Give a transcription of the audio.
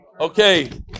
Okay